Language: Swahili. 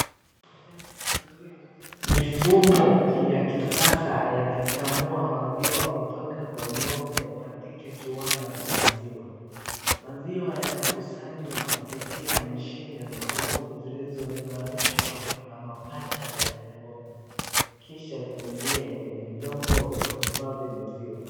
Mifumo ya kisasa ya kukamua maziwa kutoka kwa ng'ombe katika kiwanda cha maziwa. Maziwa yanakusanywa kupitia mashine maalum zilizounganishwa na mapacha ya ng'ombe, kisha kuingia kwenye vyombo vya kuhifadhi maziwa.